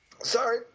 Sorry